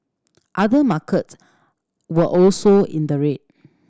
other markets were also in the red